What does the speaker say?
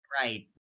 right